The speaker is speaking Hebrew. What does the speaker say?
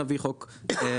נביא חוק נוסף.